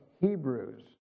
Hebrews